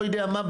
לא יודע מה,